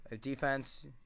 defense